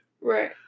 Right